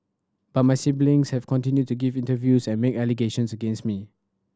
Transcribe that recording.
but my siblings have continued to give interviews and make allegations against me